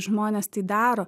žmonės tai daro